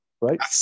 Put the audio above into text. right